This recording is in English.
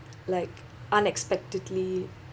like unexpectedly